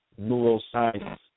neuroscience